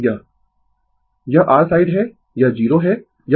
Refer Slide Time 1148 यह r side है यह 0 है